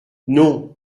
non